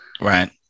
Right